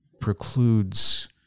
precludes